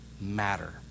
matter